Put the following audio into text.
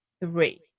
three